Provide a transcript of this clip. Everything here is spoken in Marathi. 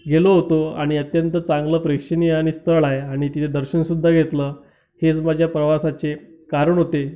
गेलो होतो आणि अत्यंत चांगलं प्रेक्षणीय आणि स्थळ आहे आणि तिथं दर्शनसुद्धा घेतलं हेच माझ्या प्रवासाचे कारण होते